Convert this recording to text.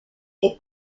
est